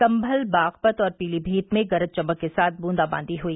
सम्भल बागपत और पीलीभीत में गरज चमक के साथ बूंदाबादी हुई